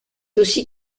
aussi